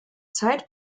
zeit